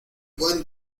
buen